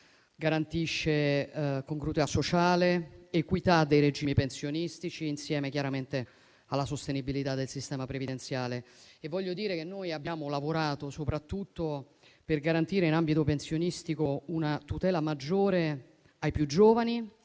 garantisce congruità sociale, equità dei regimi pensionistici, insieme chiaramente alla sostenibilità del sistema previdenziale. Voglio dire che noi abbiamo lavorato soprattutto per garantire in ambito pensionistico una tutela maggiore ai più giovani